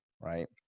right